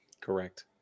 Correct